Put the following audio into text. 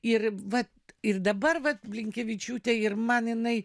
ir va ir dabar vat blinkevičiūtė ir man jinai